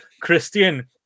christian